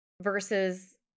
versus